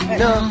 no